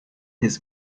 his